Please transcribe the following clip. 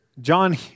John